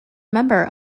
member